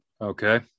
Okay